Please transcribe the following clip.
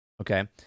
Okay